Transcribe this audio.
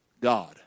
God